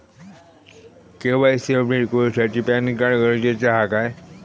KYC update करूसाठी PAN card गरजेचा हा काय?